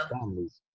families